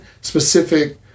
specific